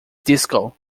disco